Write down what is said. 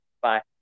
Bye